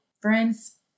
friends